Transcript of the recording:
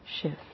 shift